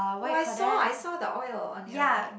oh I saw I saw the oil on your